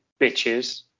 bitches